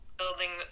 building